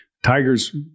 Tiger's